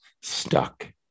stuck